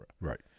right